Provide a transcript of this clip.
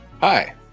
Hi